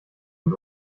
und